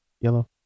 Yellow